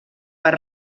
per